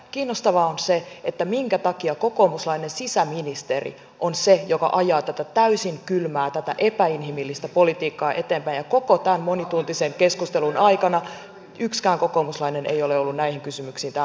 kiinnostavaa on se että minkä takia kokoomuslainen sisäministeri on se joka ajaa tätä täysin kylmää epäinhimillistä politiikkaa eteenpäin ja koko tämän monituntisen keskustelun aikana yksikään kokoomuslainen ei ole ollut näihin kysymyksiin täällä vastaamassa